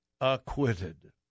acquitted